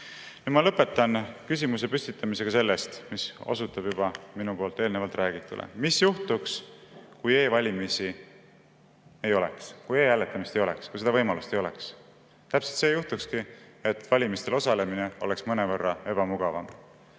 Ma lõpetan küsimuse püstitamisega sellest, mis osutab juba minu poolt eelnevalt räägitule: mis juhtuks, kui e-valimisi ei oleks, kui e-hääletamist ei oleks, kui seda võimalust ei oleks? Täpselt see juhtuski, et valimistel osalemine oleks mõnevõrra ebamugavam.